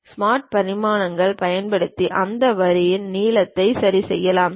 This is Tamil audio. ஸ்மார்ட் பரிமாணங்களைப் பயன்படுத்தி அந்த வரியின் நீளத்தை சரிசெய்யலாம்